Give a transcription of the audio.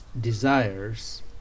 desires